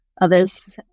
others